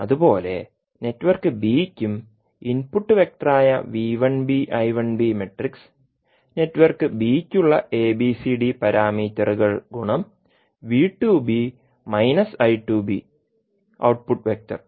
അതുപോലെ network B യ്ക്കും input വെക്ടറായ നെറ്റ്വർക്ക് ബി യ്ക്കുള്ള എബിസിഡി പാരാമീറ്ററുകൾ ഗുണം ഔട്ട്പുട്ട് വെക്റ്റർ